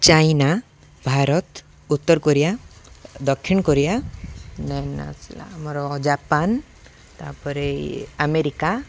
China Bharat ଉତ୍ତର Korea ଦକ୍ଷିଣ Korea then ଆସିଲା ଆମର ଜାପାନ ତା'ପରେ ଆମେରିକା